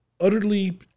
utterly